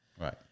Right